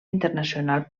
internacional